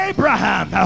Abraham